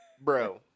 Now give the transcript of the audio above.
Bro